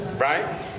right